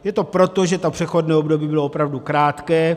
Je to proto, že přechodné období bylo opravdu krátké.